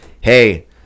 hey